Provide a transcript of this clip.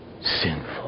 sinful